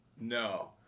no